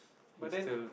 but then